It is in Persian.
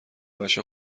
روش